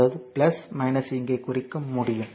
அதாவது இங்கே குறிக்க முடியும்